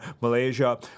Malaysia